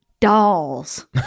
Dolls